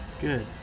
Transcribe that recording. good